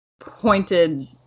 pointed